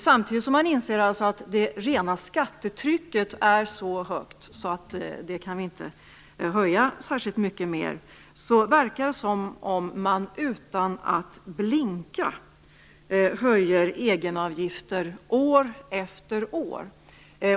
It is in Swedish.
Samtidigt som man inser att det rena skattetrycket är så högt att vi inte kan öka det särskilt mycket mer, verkar det som om man utan att blinka höjer egenavgifter år efter år.